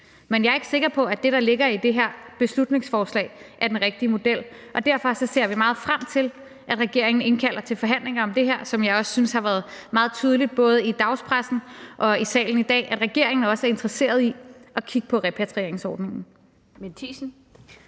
Men jeg er ikke sikker på, at det, der ligger i det her beslutningsforslag, er den rigtige model, og derfor ser vi meget frem til, at regeringen indkalder til forhandlinger om det her. Og jeg synes, det har været meget tydeligt både i dagspressen og i salen i dag, at regeringen også er interesseret i det, altså at kigge på repatrieringsordningen.